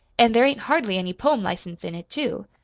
an' there ain't hardly any poem license in it, too.